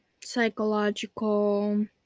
psychological